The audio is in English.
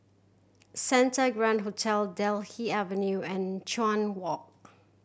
Santa Grand Hotel Delta Avenue and Chuan Walk